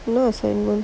no assignment